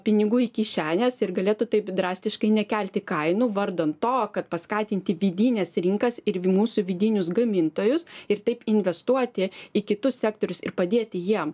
pinigų į kišenes ir galėtų taip drastiškai nekelti kainų vardan to kad paskatinti vidines rinkas ir mūsų vidinius gamintojus ir taip investuoti į kitus sektorius ir padėti jiem